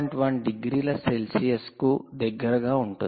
1 డిగ్రీల సెల్సియస్ కు దగ్గరగా ఉంటుంది